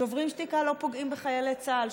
שוברים שתיקה לא פוגעים בחיילי צה"ל,